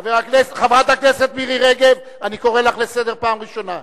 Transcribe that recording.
חבר הכנסת פיניאן, אני קורא לך לסדר פעם ראשונה.